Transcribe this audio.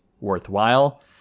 worthwhile